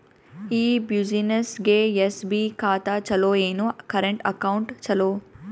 ಈ ಬ್ಯುಸಿನೆಸ್ಗೆ ಎಸ್.ಬಿ ಖಾತ ಚಲೋ ಏನು, ಕರೆಂಟ್ ಅಕೌಂಟ್ ಚಲೋ?